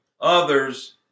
others